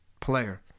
player